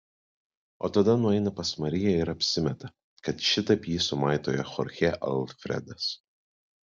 o tada nueina pas mariją ir apsimeta kad šitaip jį sumaitojo chorchė alfredas